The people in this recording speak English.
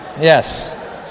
Yes